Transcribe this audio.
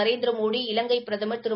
நரேந்திரமோடி இலங்கை பிரதமர் திரு